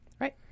Right